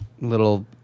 little